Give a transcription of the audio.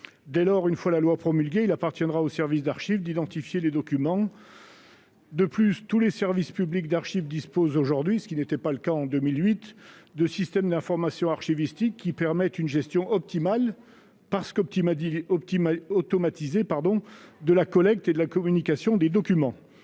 Dès lors, une fois la loi promulguée, il appartiendra au service d'archive d'identifier les documents. De plus, tous les services publics d'archive disposent aujourd'hui- ce n'était pas le cas en 2008 -de systèmes d'information archivistiques permettant une gestion optimale, car automatisée, de la collecte et de la communication des documents.